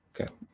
okay